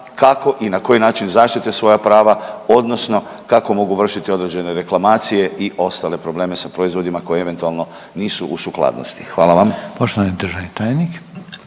kako i na koji način zaštite svoja prava, odnosno kako mogu vršiti određene reklamacije i ostale probleme sa proizvodima koji eventualno nisu u sukladnosti? Hvala vam.